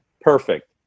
Perfect